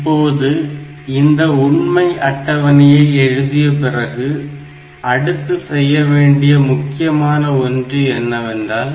இப்போது இந்த உண்மை அட்டவணையை எழுதிய பிறகு அடுத்து செய்யவேண்டிய முக்கியமான ஒன்று என்னவென்றால்